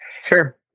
Sure